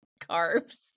carbs